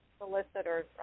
solicitors